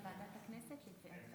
לוועדה שתקבע ועדת הכנסת נתקבלה.